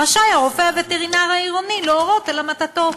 רשאי הרופא הווטרינר העירוני להורות על המתתו,